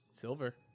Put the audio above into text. Silver